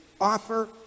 offer